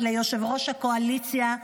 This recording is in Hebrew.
ליושב-ראש הקואליציה,